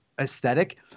aesthetic